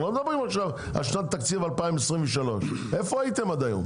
אנחנו לא מדברים על שנת תקציב 2023. איפה הייתם עד היום?